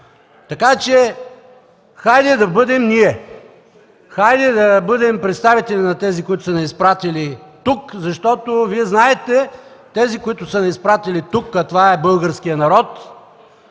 Така че, хайде да бъдем ние, хайде да бъдем представители на тези, които са ни изпратили тук, защото Вие знаете – тези, които са ни изпратили тук, а това е българският народ,